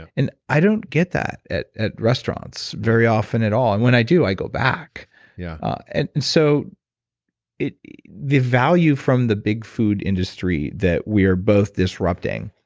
ah and i don't get that at at restaurants very often at all. and when i do, i go back yeah and and so the value from the big food industry that we are both disrupting.